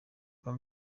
mba